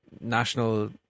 national